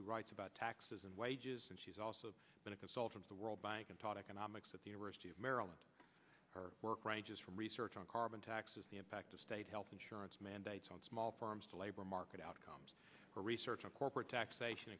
who writes about taxes and wages and she's also been a consultant to the world bank and taught economics at the university of maryland her work ranges from research on carbon taxes the impact of state health insurance mandates on small farms to labor market outcomes for research on corporate taxation